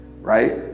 right